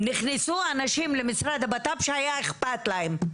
נכנסנו אנשים למשרד הבט"פ שהיה אכפת להם,